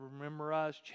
memorize